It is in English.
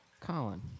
Colin